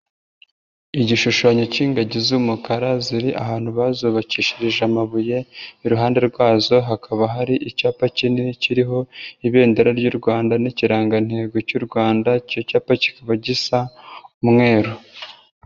Igishushanyo k'ingagi z'umukara ziri ahantu bazubakishirije amabuye, iruhande rwazo hakaba hari icyapa kinini kiriho ibendera ry'u Rwanda n'ikirangantego cy'u Rwanda, icyo cyapa kikaba gisa umweru.